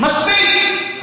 מספיק.